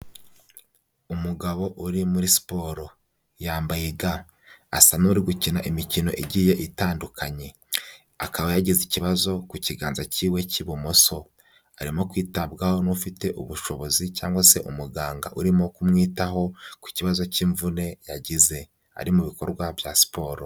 Umugabo uri muri siporo, yambaye ga, asa n'uri gukina imikino igiye itandukanye, akaba yagize ikibazo ku kiganza cyiwe cy'ibumoso, arimo kwitabwaho n'ufite ubushobozi cyangwa se umuganga urimo kumwitaho ku kibazo cy'imvune yagize ari mu bikorwa bya siporo.